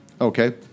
Okay